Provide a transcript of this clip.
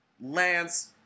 Lance